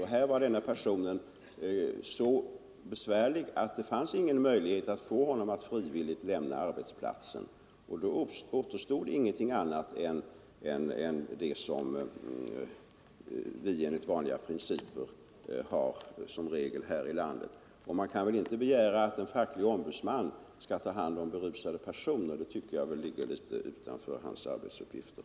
Den här personen var så besvärlig att det inte fanns möjlighet att få honom att frivilligt lämna arbetsplatsen, och då återstod ingenting annat än att förfara enligt vanliga principer här i landet. Man kan inte begära att en facklig ombudsman skall ta hand om be = Nr 130 rusade personer. Det ligger väl litet utanför hans arbetsuppgifter.